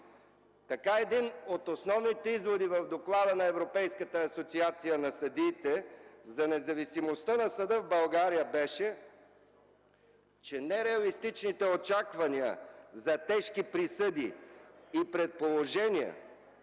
Така един от основните изводи в Доклада на Европейската асоциация на съдиите за независимостта на съда в България беше, че нереалистичните очаквания за тежки присъди и предположения